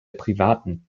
privaten